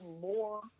more